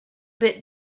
bit